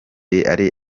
ari